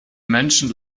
menschen